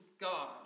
God